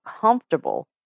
comfortable